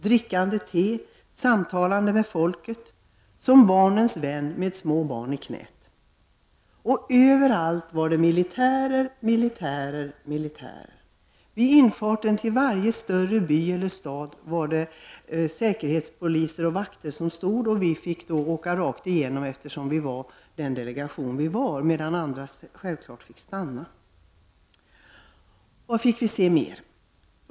Han drack te, samtalade med folket eller framställdes som barnens vän med små barn i knät. Överallt fanns det militärer och åter militärer. Vid infarten till varje stad eller större by stod säkerhetspoliser och vakter. Vi fick åka rakt igenom eftersom vi tillhörde just denna delegation, medan andra självfallet fick stanna.